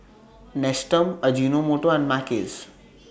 Nestum Ajinomoto and Mackays